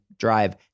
drive